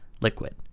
liquid